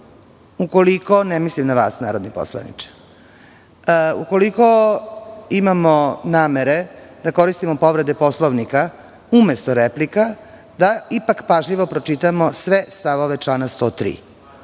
ukoliko imamo namere da koristimo povrede Poslovnika umesto replika, da ipak pažljivo pročitamo sve stavove člana 103.